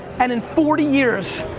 and in forty years,